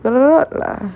oh like